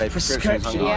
Prescription